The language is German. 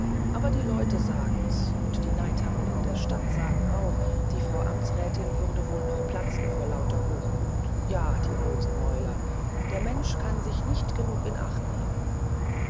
aber die leute sagen's und die neidhammel in der stadt sagen auch die frau amtsrätin würde ja wohl noch zerplatzen vor lauter hochmut ja die losen mäuler der mensch kann sich nicht genug in acht nehmen